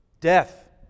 death